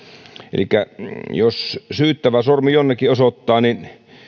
elikkä jos syyttävä sormi jonnekin osoittaa niin